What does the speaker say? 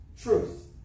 truth